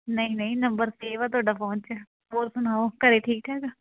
ਨਹੀਂ ਨਹੀਂ number save ਆ ਤੁਹਾਡਾ ਫੋਨ 'ਚ ਹੋਰ ਸੁਣਾਓ ਘਰ ਠੀਕ ਠੀਕ ਆ